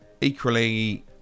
equally